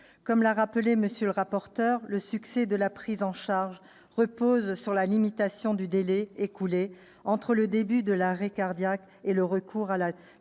Comme l'a rappelé M. le rapporteur, le succès de la prise en charge repose sur la limitation du délai écoulé entre le début de l'arrêt cardiaque et le recours à la